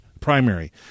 primary